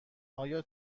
آیا